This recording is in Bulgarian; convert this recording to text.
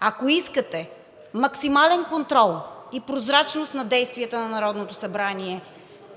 Ако искате максимален контрол и прозрачност на действията на Народното събрание,